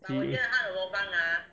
p~